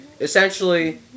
Essentially